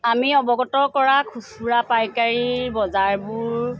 আমি অৱগত কৰা খুচু়ৰা পাইকাৰী বজাৰবোৰ